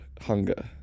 hunger